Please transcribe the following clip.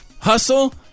Hustle